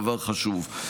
דבר חשוב.